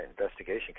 Investigation